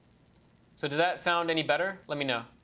so does that sound any better? let me know.